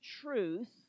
truth